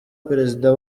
perezida